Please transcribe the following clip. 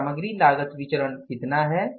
तो सामग्री लागत विचरण कितना है